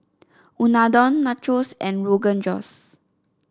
Unadon Nachos and Rogan Josh